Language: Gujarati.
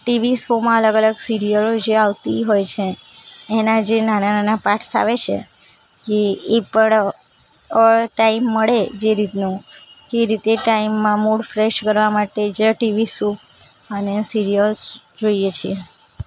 ટીવી શોમાં અલગ અલગ સીરિઅલો જે આવતી હોય છે એનાં જે નાનાં નાનાં પાર્ટ્સ આવે છે કે એ પણ ટાઈમ મળે જે રીતનું એ રીતે ટાઈમમાં મૂડ ફ્રેશ કરવા માટે જ ટીવી શો અને સીરિઅલ્સ જોઈએ છીએ